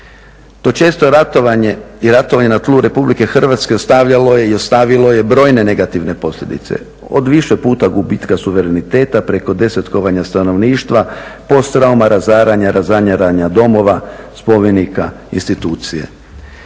To često ratovanje i ratovanje na tlu RH ostavljalo je i ostavilo je brojne negativne posljedice. Od više puta gubitka suvereniteta preko desetkovanja stanovništva, posttrauma, razaranja, … domova, spomenika, institucija.